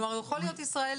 כלומר הוא יכול להיות ישראלי.